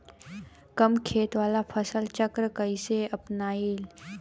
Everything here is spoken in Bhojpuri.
कम खेत वाला फसल चक्र कइसे अपनाइल?